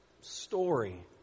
story